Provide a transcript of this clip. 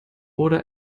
oder